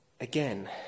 again